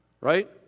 Right